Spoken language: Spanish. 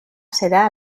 será